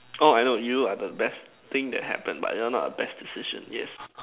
oh I know you are the best thing that happened but you are not a best decision